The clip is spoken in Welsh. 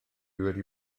wedi